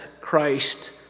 Christ